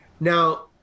Now